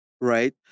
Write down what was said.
Right